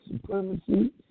supremacy